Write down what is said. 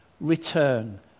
return